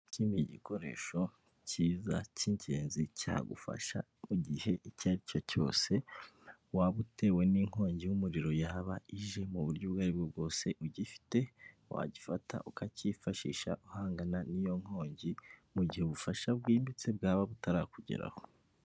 Iki ni igikoresho cyiza cy'ingenzi cyagufasha mu gihe icyo ari cyo cyose waba utewe n'inkongi y'umuriro yaba ije mu buryo ubwo aribwo bwose, ugifite wagifata ukacyifashisha ugahangana n'iyo nkongi mu gihe ubufasha bwimbitse bwaba butarakugeraho.